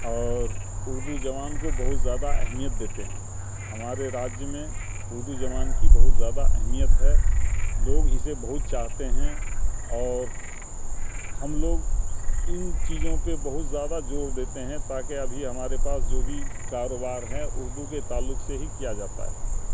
اور اردو جبان کو بہت زیادہ اہمیت دیتے ہیں ہمارے راجیہ میں اردو جبان کی بہت زیادہ اہمیت ہے لوگ اسے بہت چاہتے ہیں اور ہم لوگ ان چیزوں پہ بہت زیادہ جور دیتے ہیں تاکہ ابھی ہمارے پاس جو بھی کاروبار ہے اردو کے تعلق سے ہی کیا جاتا ہے